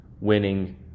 winning